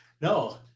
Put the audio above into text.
No